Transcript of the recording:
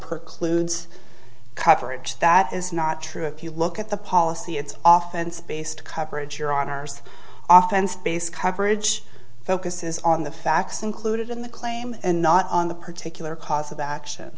perk ludes coverage that is not true if you look at the policy it's often spaced coverage your honour's often space coverage focuses on the facts included in the claim and not on the particular cause of action